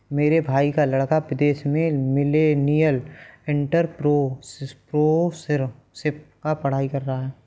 मेरे भाई का लड़का विदेश में मिलेनियल एंटरप्रेन्योरशिप पर पढ़ाई कर रहा है